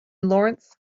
lawrence